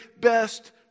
best